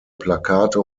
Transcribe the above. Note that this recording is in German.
plakate